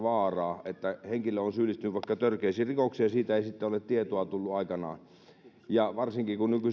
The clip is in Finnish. vaaraa henkilö on syyllistynyt vaikka törkeisiin rikoksiin mutta siitä ei ole tietoa tullut aikanaan varsinkin kun